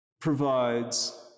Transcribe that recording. Provides